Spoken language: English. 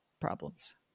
problems